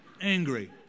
angry